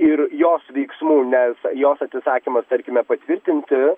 ir jos veiksmų nes jos atsisakymas tarkime patvirtinti